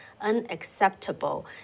unacceptable